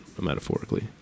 metaphorically